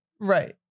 Right